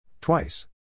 Twice